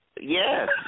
Yes